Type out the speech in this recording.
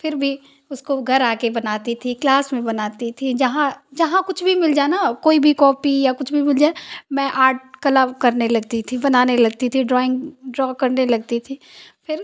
फिर भी उसको घर आ कर बनाती थी क्लास में बनाती थी जहाँ जहाँ कुछ भी मिल जाए न कोई भी कोपी या कुछ भी मिल जाए मैं आर्ट कला करने लगती थी बनाने लगती थी ड्रोइंग ड्रो करने लगती थी फिर